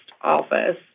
office